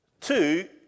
Two